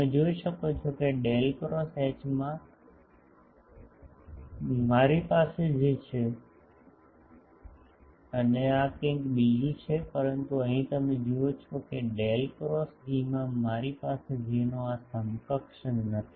તમે જોઈ શકો છો કે ડેલ ક્રોસ એચમાં મારી પાસે જે છે અને કંઈક બીજું છે પરંતુ અહીં તમે જુઓ છો કે ડેલ ક્રોસ ઇમાં મારી પાસે જેનો આ સમકક્ષ નથી